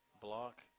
Block